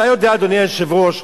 אדוני היושב-ראש,